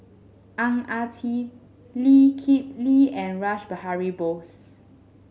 Ang Ah Tee Lee Kip Lee and Rash Behari Bose